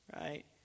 right